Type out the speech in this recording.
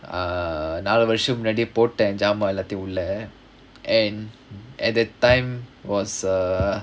err நாலு வருஷம் முன்னாடி போட்டேன் ஜாமான் எல்லாத்தையும் உள்ள:naalu varusham munnaadi pottaen jaamaan ellaathaiyum ulla and at that time was err